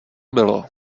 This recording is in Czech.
bylo